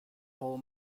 whole